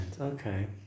okay